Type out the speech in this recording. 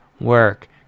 work